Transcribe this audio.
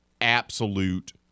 absolute